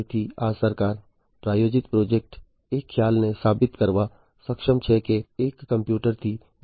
તેથી આ સરકાર પ્રાયોજિત પ્રોજેક્ટ એ ખ્યાલને સાબિત કરવા સક્ષમ છે કે એક કમ્પ્યુટરથી બીજા કમ્પ્યુટર પર ડેટા મોકલવાનું શક્ય છે